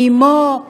מאימו,